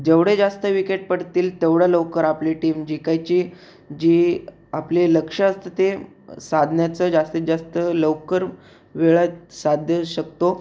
जेवढे जास्त विकेट पडतील तेवढ्या लवकर आपली टीम जिकायची जी आपली लक्ष्य असतं ते साधण्याचं जास्तीत जास्त लवकर वेळात साध्य शकतो